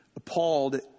appalled